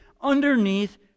underneath